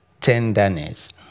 tenderness